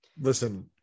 Listen